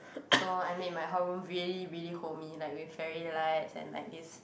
so I made my hall room really really homey like with fairy lights and like this